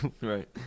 Right